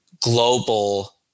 global